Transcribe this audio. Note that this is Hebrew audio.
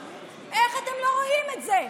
איך אתם לא רואים את זה?